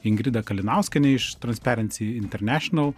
ingrida kalinauskienė iš transparency international